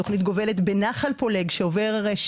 התוכנית גובלת בנחל פולג שעובר הרי,